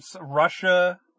russia